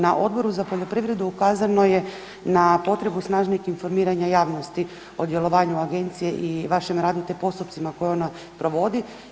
Na Odboru za poljoprivredu ukazano je na potrebu snažnijeg informiranja javnosti o djelovanju agencije i vašem radnim postupcima koje ona provodi.